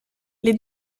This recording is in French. les